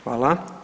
Hvala.